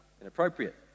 inappropriate